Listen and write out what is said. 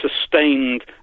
sustained